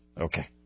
Okay